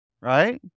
Right